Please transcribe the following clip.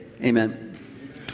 amen